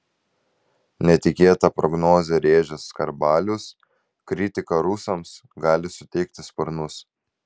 netikėtą prognozę rėžęs skarbalius kritika rusams gali suteikti sparnus